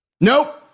Nope